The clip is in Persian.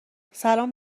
سلام